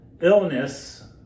illness